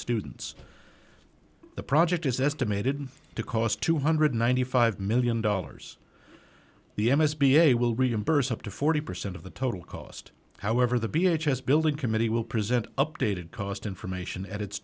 students the project is estimated to cost two hundred and ninety five million dollars the m s b a will reimburse up to forty percent of the total cost however the b h as building committee will present updated cost information